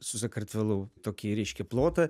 su sakartvelu tokį reiškia plotą